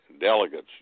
delegates